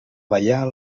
ballar